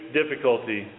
difficulty